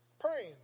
Praying